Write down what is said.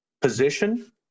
position